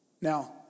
Now